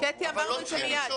אבל לא צריך לקשור את הדברים.